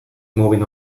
moving